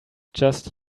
just